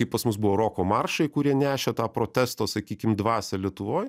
kaip pas mus buvo roko maršai kurie nešė tą protesto sakykim dvasią lietuvoj